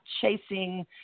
chasing